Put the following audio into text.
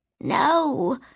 No